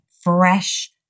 fresh